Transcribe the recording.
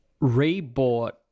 re-bought